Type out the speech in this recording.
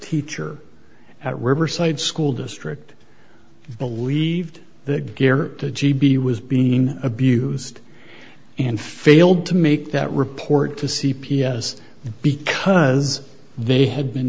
teacher at riverside school district believed the gear the g b was being abused and failed to make that report to c p s because they had been